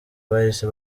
bahise